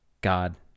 god